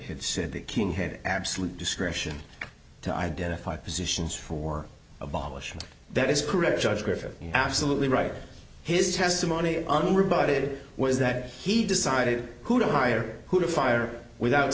had said that king had absolute discretion to identify positions for abolishing that is correct judge griffith absolutely right his testimony unrebutted was that he decided who to hire who to fire without